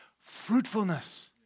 Fruitfulness